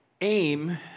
aim